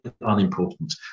unimportant